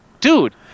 Dude